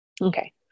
Okay